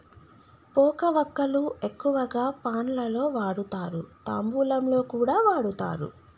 పోక వక్కలు ఎక్కువగా పాన్ లలో వాడుతారు, తాంబూలంలో కూడా వాడుతారు